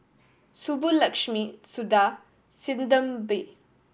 Subbulakshmi Suda Sinnathamby